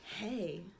hey